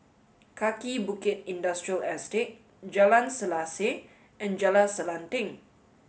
Kaki Bukit Industrial Estate Jalan Selaseh and Jalan Selanting